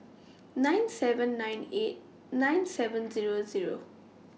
nine seven nine eight nine seven Zero Zero